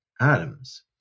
atoms